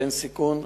שאין סיכון,